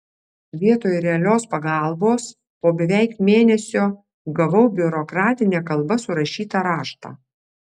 vietoj realios pagalbos po beveik mėnesio gavau biurokratine kalba surašytą raštą